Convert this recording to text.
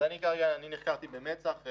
אני נחקרתי במצ"ח.